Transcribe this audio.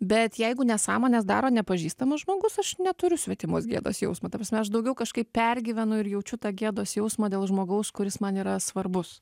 bet jeigu nesąmones daro nepažįstamas žmogus aš neturiu svetimos gėdos jausmo ta prasme aš daugiau kažkaip pergyvenu ir jaučiu tą gėdos jausmą dėl žmogaus kuris man yra svarbus